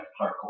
Hardcore